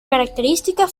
característica